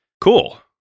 cool